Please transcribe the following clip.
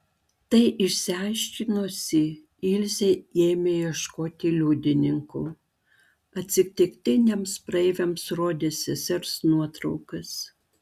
tai išsiaiškinusi ilze ėmė ieškoti liudininkų atsitiktiniams praeiviams rodė sesers nuotraukas